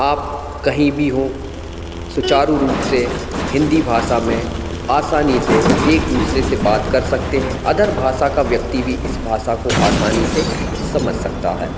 आप कहीं भी हों सुचारु रूप से हिन्दी भाषा में आसानी से एक दूसरे से बात कर सकते हैं अदर भाषा का व्यक्ति भी इस भाषा को आसानी से समझ सकता है